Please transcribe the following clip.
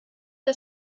das